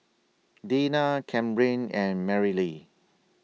Dinah Camryn and Marylee